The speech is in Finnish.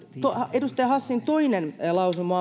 edustaja hassin toinen lausuma